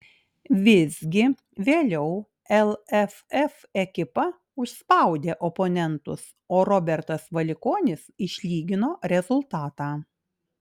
visgi vėliau lff ekipa užspaudė oponentus o robertas valikonis išlygino rezultatą